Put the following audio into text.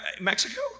Mexico